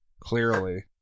Clearly